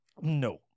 No